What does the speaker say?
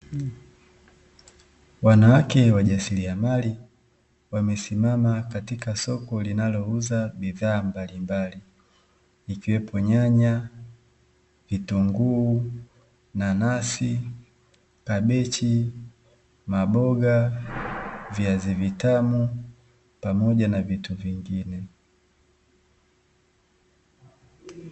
Wanawake wajasiriamali wamesimama katika soko linalouza bidhaa mbalimbali, ikiwepo: nyanya, vitunguu, nanasi, kabichi, maboga, viazi vitamu, pamoja na vitu vingine.